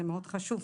זה מאוד חשוב,